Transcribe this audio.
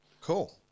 Cool